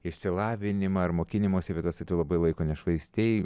išsilavinimą ir mokinimąsi bet esi tu labai laiko nešvaistei